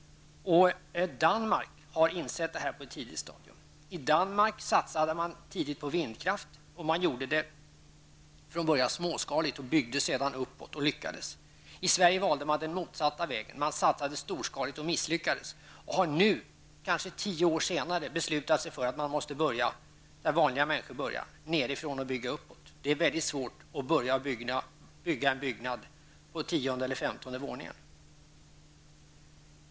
Danmark har insett det här på ett tidigt stadium. I Danmark satsade man tidigt på vindkraft. Man gjorde det från början småskaligt och byggde sedan uppåt och lyckades. I Sverige valde man den motsatta vägen. Man satsade storskaligt och misslyckades och har nu, kanske tio år senare, beslutat sig för att man måste börja där vanliga människor börjar, nedifrån och bygga uppåt. Det är väldigt svårt att börja bygga en byggnad på 10:e eller 15:e våningen.